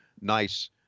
nice